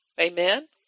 Amen